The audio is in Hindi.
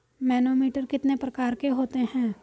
मैनोमीटर कितने प्रकार के होते हैं?